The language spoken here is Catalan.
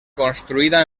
construïda